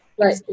right